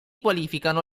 qualificano